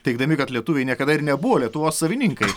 teigdami kad lietuviai niekada ir nebuvo lietuvos savininkai